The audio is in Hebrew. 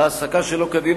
(העסקה שלא כדין,